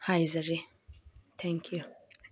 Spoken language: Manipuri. ꯍꯥꯏꯖꯔꯤ ꯊꯦꯡꯛ ꯌꯨ